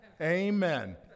amen